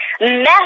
mess